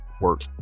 work